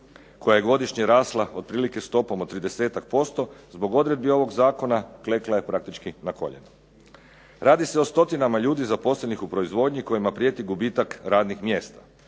koja je godišnje rasla otprilike stopom od tridesetak posto zbog odredbi ovog zakona klekla je praktički na koljenja. Radi se o stotinama ljudi zaposlenih u proizvodnji kojima prijeti gubitak radnih mjesta.